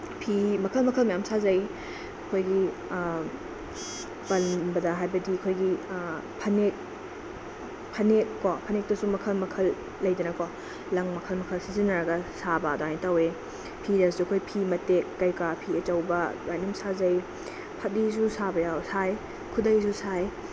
ꯐꯤ ꯃꯈꯜ ꯃꯈꯜ ꯃꯌꯥꯝ ꯁꯥꯖꯩ ꯑꯩꯈꯣꯏꯒꯤ ꯄꯟꯕꯗ ꯍꯥꯏꯕꯗꯤ ꯑꯩꯈꯣꯏꯒꯤ ꯐꯅꯦꯛ ꯐꯅꯦꯛ ꯀꯣ ꯐꯅꯦꯛꯇꯁꯨ ꯃꯈꯜ ꯃꯈꯜ ꯂꯩꯗꯅꯀꯣ ꯂꯪ ꯃꯈꯜ ꯃꯈꯜ ꯁꯤꯖꯤꯟꯅꯔꯒ ꯁꯥꯕ ꯑꯗꯨꯃꯥꯏꯅ ꯇꯧꯋꯦ ꯐꯤꯗꯁꯨ ꯑꯩꯈꯣꯏ ꯐꯤ ꯃꯇꯦꯛ ꯀꯩꯀꯥ ꯐꯤ ꯑꯆꯧꯕ ꯑꯗꯨꯃꯥꯏꯅ ꯑꯗꯨꯝ ꯁꯥꯖꯩ ꯐꯗꯤꯁꯨ ꯁꯥꯕ ꯌꯥꯎꯋꯦ ꯁꯥꯏ ꯈꯨꯗꯩꯁꯨ ꯁꯥꯏ